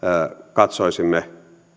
katsoisimme